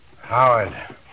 Howard